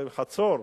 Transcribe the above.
בחצור.